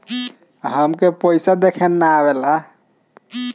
हमका पइसा देखे ना आवेला?